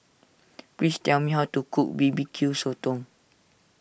please tell me how to cook B B Q Sotong